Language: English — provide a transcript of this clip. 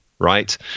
Right